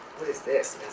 what is this?